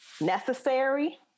Necessary